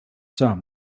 some